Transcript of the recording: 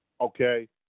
okay